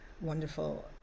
wonderful